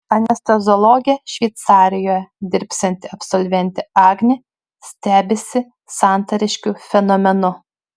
anesteziologe šveicarijoje dirbsianti absolventė agnė stebisi santariškių fenomenu